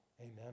Amen